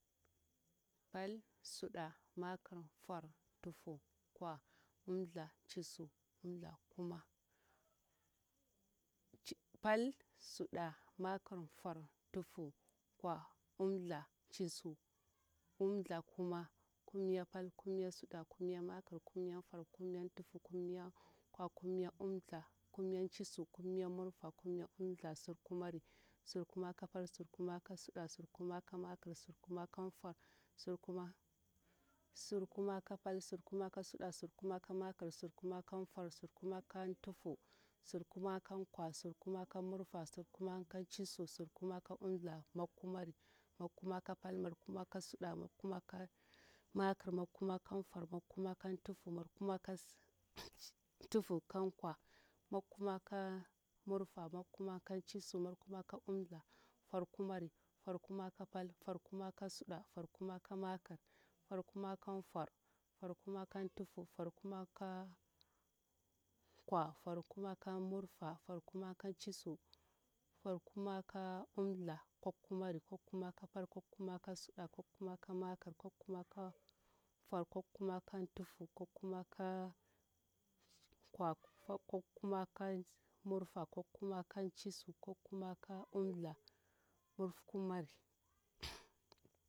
pal suɗa makir nfor ntufu nkwa murfa ncisu umda kuma kumya pal kumya suɗa kumya makir kumya nfor kumya ntufu kumya nkwa kumya mura kumya ncisu kumya umda sirkumari sirkumaka pal sirkumaka suɗa sirkumaka makir sirkumakanfor sirkumakantufu sirkumakankwa sirkumaka murfa sirkumakancisu sirkumakaumda makkumari makkumaka pal makkuma suɗa makkuma makir makkumanfor makkumakantufu makkumakankwa makkumakamurfa makkumakancisu makkumaka'umda nfor kumari nfor kumaka pal nfor kumaka suɗa nfor kumaka makir nfor kuma kanfor nfor kuma kan tufu nfor kuma kankwa nfor kuma ka murfa nfor kumakancisu nfor kumaka'umda nkwankumari nkwankumaka pal nkwankumaka suɗa nkwankumaka makir nkwankumaka kanfor nkwankumaka kan tufu nkwankumaka kankwa nkwankumaka murfa nkwankumakan cisu nkwankumaka'umda murfukumari